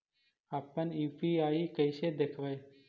अपन यु.पी.आई कैसे देखबै?